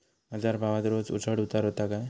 बाजार भावात रोज चढउतार व्हता काय?